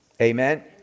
Amen